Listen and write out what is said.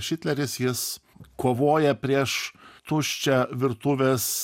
šitleris jis kovoja prieš tuščią virtuvės